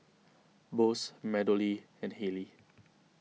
Bose MeadowLea and Haylee